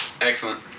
Excellent